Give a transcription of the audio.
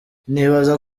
nibaza